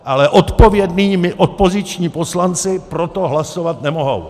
Ale odpovědní my opoziční poslanci proto hlasovat nemohou!